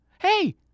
Hey